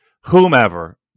whomever